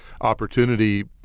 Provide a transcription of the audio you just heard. opportunity